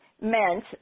meant